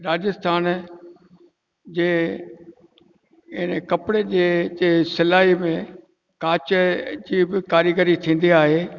राजस्थान जे अहिड़े कपिड़े जे ते सिलाई में कांच जी ब कारीग़री थींदी आहे